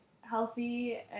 healthy